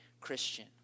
Christian